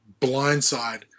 blindside